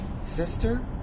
Sister